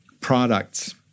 products